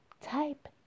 type